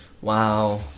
Wow